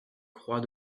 croix